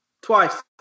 Twice